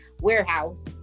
warehouse